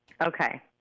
Okay